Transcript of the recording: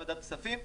לוועדת הכספים,